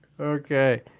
Okay